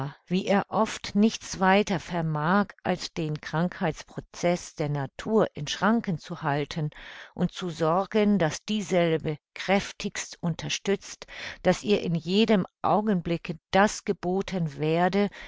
wie er oft nichts weiter vermag als den krankheitsproceß der natur in schranken zu halten und zu sorgen daß dieselbe kräftigst unterstützt daß ihr in jedem augenblick das geboten werde